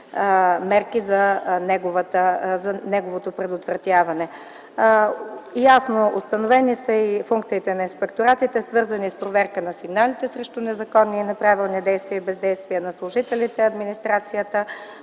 мерки за неговото предотвратяване. Ясно установени са и функциите на инспекторатите, свързани с проверка на сигналите срещу незаконни и неправилни действия и бездействия на служителите и администрацията.